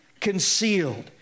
concealed